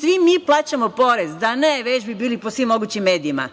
Svi mi plaćamo porez. Da ne plaćamo, već bi bili po svim mogućim medijima.